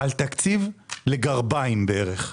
על תקציב לגרביים בערך.